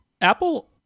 Apple